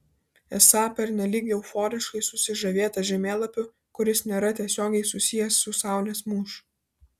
esą pernelyg euforiškai susižavėta žemėlapiu kuris nėra tiesiogiai susijęs su saulės mūšiu